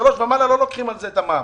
משלוש ומעלה לא לוקחים על זה את המע"מ,